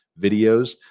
videos